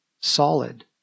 solid